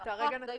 בסדר.